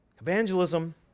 Evangelism